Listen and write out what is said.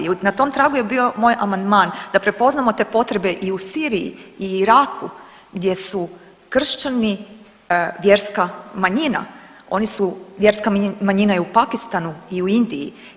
I na tom tragu je bio moj amandman da prepoznamo te potrebe i u Siriji i Iraku gdje su kršćani vjerska manjina, oni su vjerska manjina i u Pakistanu i u Indiji.